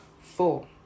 four